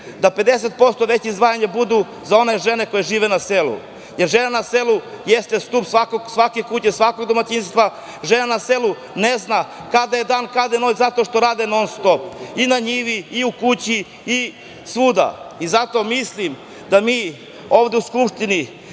da 50% veća izdvajanja budu za one žene koje žive na selu, jer žena na selu jeste stub svake kuće, svakog domaćinstva? Žena na selu ne zna kada je dan, kada je noć zato što rade non-stop i na njivi i u kući i svuda i zato mislim da mi ovde u Skupštini